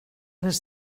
les